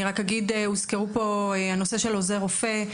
הוזכר פה נושא עוזר רופא.